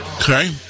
Okay